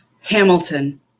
Hamilton